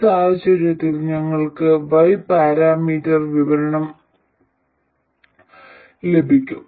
ഈ സാഹചര്യത്തിൽ ഞങ്ങൾക്ക് y പാരാമീറ്റർ വിവരണം ലഭിക്കും